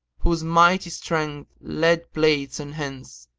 whose mighty strength lead-plates enhance,